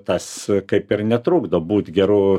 tas kaip ir netrukdo būt geru